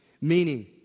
Meaning